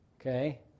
Okay